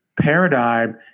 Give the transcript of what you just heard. paradigm